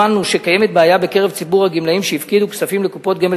הבנו שקיימת בעיה בקרב ציבור הגמלאים שהפקידו כספים לקופות גמל